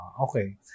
okay